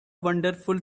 wonderful